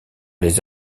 les